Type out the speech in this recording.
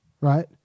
right